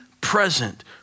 present